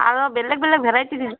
আৰু বেলেগ বেলেগ ভেৰাইটি